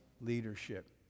leadership